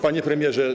Panie Premierze!